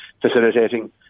facilitating